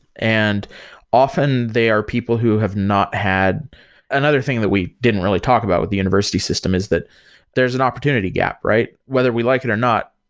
and often, they are people who have not had another thing that we didn't really talk about with the university system is that there's an opportunity gap, right? whether we like it or not,